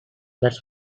that’s